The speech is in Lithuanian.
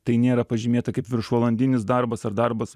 tai nėra pažymėta kaip viršvalandinis darbas ar darbas